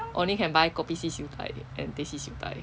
only can buy kopi C siew dai and teh C siew dai